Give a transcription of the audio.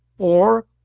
or,